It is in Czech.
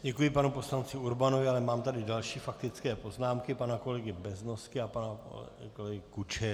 Děkuji panu poslanci Urbanovi, ale mám tady další faktické poznámky, pana kolegy Beznosky a pana kolegy Kučery.